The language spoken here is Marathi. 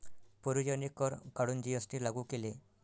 पूर्वीचे अनेक कर काढून जी.एस.टी लागू केले